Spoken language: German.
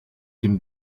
dem